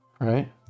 right